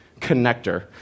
connector